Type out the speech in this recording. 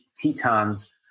tetons